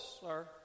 sir